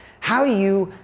how you,